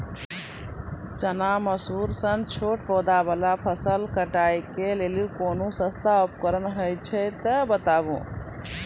चना, मसूर सन छोट पौधा वाला फसल कटाई के लेल कूनू सस्ता उपकरण हे छै तऽ बताऊ?